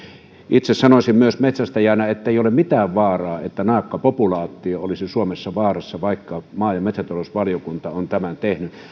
itse sanoisin myös metsästäjänä ettei ole mitään vaaraa että naakkapopulaatio olisi suomessa vaarassa vaikka maa ja metsätalousvaliokunta on tämän tehnyt se on